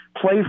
play